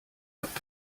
app